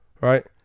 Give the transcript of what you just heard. right